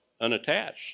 unattached